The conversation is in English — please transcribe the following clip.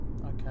Okay